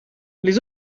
les